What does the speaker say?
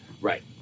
Right